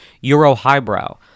Euro-highbrow